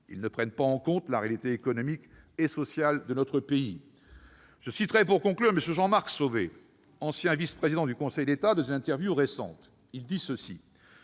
Ils ne prennent pas en compte la réalité économique et sociale de notre pays. Je citerai, pour conclure, les propos que M. Jean-Marc Sauvé, ancien vice-président du Conseil d'État, a tenus dans une interview récente :« Il